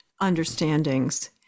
understandings